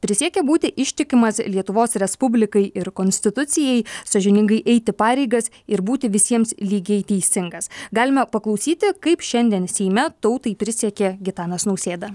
prisiekė būti ištikimas lietuvos respublikai ir konstitucijai sąžiningai eiti pareigas ir būti visiems lygiai teisingas galime paklausyti kaip šiandien seime tautai prisiekė gitanas nausėda